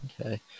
Okay